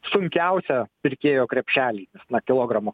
sunkiausia pirkėjo krepšely na kilogramo